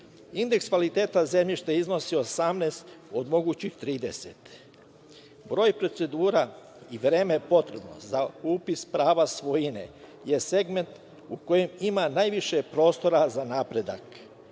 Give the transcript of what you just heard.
Indeks kvaliteta zemljišta iznosi 18 od mogućih 30. Broj procedura i vreme potrebno za upis prava svojine je segment u kojem ima najviše prostora za napredak.